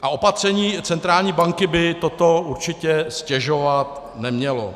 A opatření centrální banky by toto určitě ztěžovat nemělo.